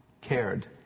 cared